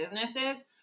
businesses